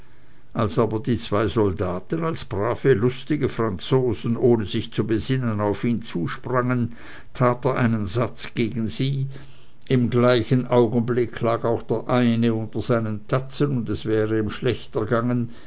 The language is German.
als aber die zwei soldaten als brave lustige franzosen ohne sich zu besinnen auf ihn zusprangen tat er einen satz gegen sie im gleichen augenblicke lag auch der eine unter seinen tatzen und es wäre ihm schlecht ergangen